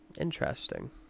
Interesting